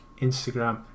Instagram